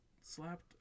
slapped